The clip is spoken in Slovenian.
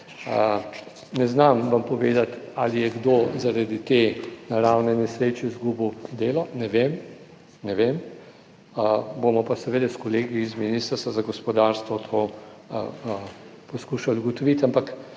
Ne znam vam povedati, ali je kdo zaradi te naravne nesreče izgubil delo. Ne vem. Ne vem. Bomo pa seveda s kolegi iz Ministrstva za gospodarstvo to poskušali ugotoviti, ampak